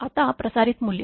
आता प्रसारित मूल्य